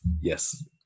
Yes